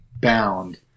Bound